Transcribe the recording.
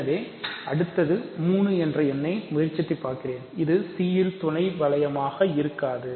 எனவேஅடுத்தது 3 என்று முயற்சி செய்து பார்க்கிறேன் இது C இன் துணை வளையமாக இருக்காது